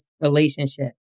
relationship